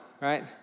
right